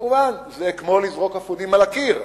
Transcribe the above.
כמובן זה כמו לזרוק אפונים על הקיר.